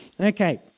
Okay